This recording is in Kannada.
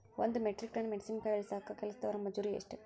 ಒಂದ್ ಮೆಟ್ರಿಕ್ ಟನ್ ಮೆಣಸಿನಕಾಯಿ ಇಳಸಾಕ್ ಕೆಲಸ್ದವರ ಮಜೂರಿ ಎಷ್ಟ?